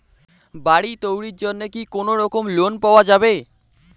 বাড়ি তৈরির জন্যে কি কোনোরকম লোন পাওয়া যাবে?